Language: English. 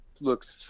looks